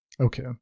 Okay